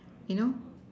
you know